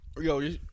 Yo